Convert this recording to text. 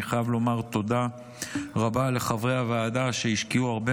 אני חייב לומר תודה רבה לחברי הוועדה שהשקיעו הרבה